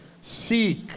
Seek